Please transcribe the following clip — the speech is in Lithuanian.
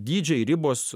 dydžiai ribos